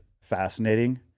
fascinating